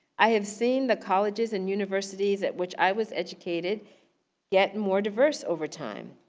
i have seen the colleges and universities at which i was educated get more diverse over time.